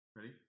Ready